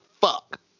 fuck